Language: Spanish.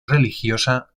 religiosa